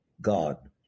God